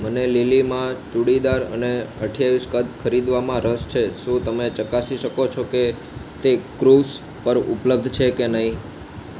મને લીલીમાં ચૂડીદાર અને અઠ્યાવીસ કદ ખરીદવામાં રસ છે શું તમે ચકાસી શકો છો કે તે કૃવ્સ પર ઉપલબ્ધ છે કે નહીં